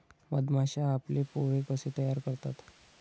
मधमाश्या आपले पोळे कसे तयार करतात?